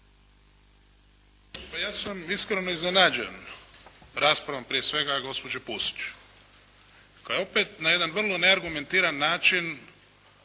Pa ja sam iskreno iznenađen raspravom prije svega gospođe Pusić koja je opet na jedan vrlo neargumentiran način